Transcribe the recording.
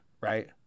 right